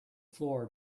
floor